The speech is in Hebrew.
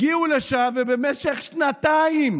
הגיעו לשם, ובמשך שנתיים